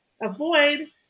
Avoid